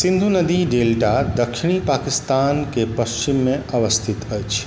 सिन्धु नदी डेल्टा दक्षिणी पाकिस्तानके पच्छिममे अवस्थित अछि